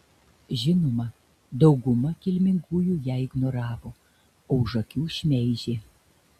žinoma dauguma kilmingųjų ją ignoravo o už akių šmeižė